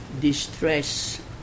distress